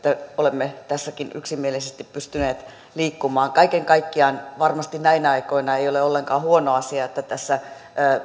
olemme tässäkin yksimielisesti pystyneet liikkumaan kaiken kaikkiaan varmasti näinä aikoina ei ole ollenkaan huono asia että tässä